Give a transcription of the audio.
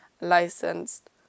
licensed